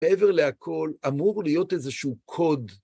מעבר לכל, אמור להיות איזשהו קוד.